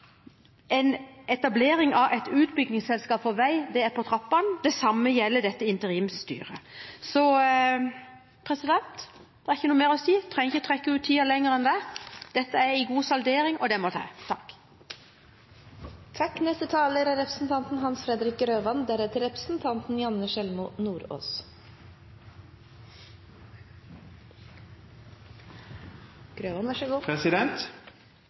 en etablering av et utbyggingsselskap for vei er på trappene. Det samme gjelder dette interimsstyret. Det er ikke noe mer å si – jeg trenger ikke trekke ut tiden lenger enn det. Dette er en god saldering, og det må til.